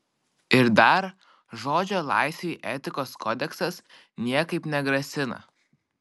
ir dar žodžio laisvei etikos kodeksas niekaip negrasina